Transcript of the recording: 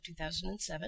2007